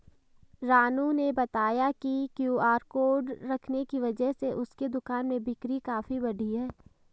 रानू ने बताया कि क्यू.आर कोड रखने की वजह से उसके दुकान में बिक्री काफ़ी बढ़ी है